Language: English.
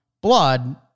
blood